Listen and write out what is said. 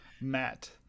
Matt